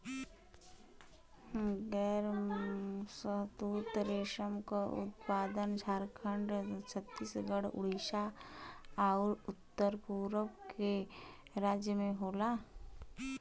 गैर शहतूत रेशम क उत्पादन झारखंड, छतीसगढ़, उड़ीसा आउर उत्तर पूरब के राज्य में होला